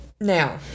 Now